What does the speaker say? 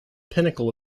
pinnacle